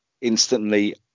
instantly